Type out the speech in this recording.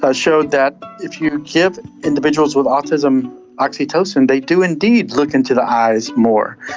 ah showed that if you give individuals with autism oxytocin they do indeed look into the eyes more.